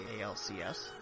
ALCS